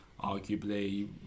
arguably